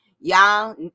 Y'all